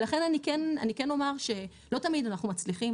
לכן אני כן אומר שלא תמיד אנחנו מצליחים,